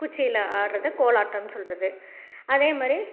குச்சியில் ஆடுறது கோலாட்டம் சொல்கிறது அதே மாதிரி